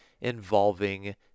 involving